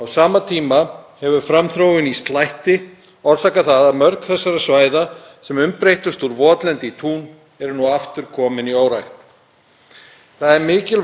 Það er mikilvægt að við vinnum í nánu samstarfi við bændur við endurheimt votlendis og tryggjum þannig sameiginlega framtíð okkar allra.